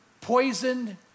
poisoned